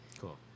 Cool